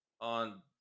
on